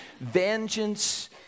Vengeance